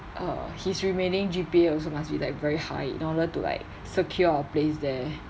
err his remaining G_P_A also must be like very high in order to like secure a place there